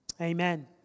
amen